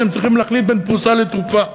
שצריכים להחליט בבוקר בין פרוסה לתרופה.